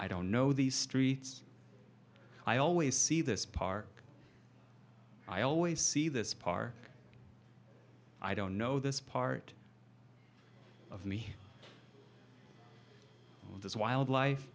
i don't know these streets i always see this park i always see this park i don't know this part of me of this wild life